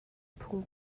phung